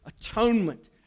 atonement